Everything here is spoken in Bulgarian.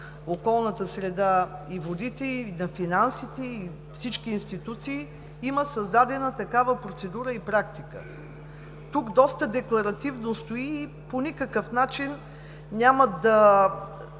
околната среда и водите – и на финансите, и всички институции, има създадена такава процедура и практика. Тук стои доста декларативно и по никакъв начин няма да